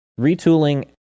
retooling